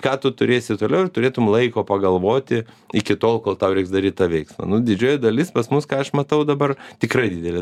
ką tu turėsi toliau ir turėtum laiko pagalvoti iki tol kol tau reiks daryt tą veiksmą nu didžioji dalis pas mus ką aš matau dabar tikrai didelė